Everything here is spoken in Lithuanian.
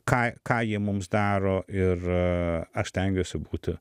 ką ką jie mums daro ir aš stengiuosi būti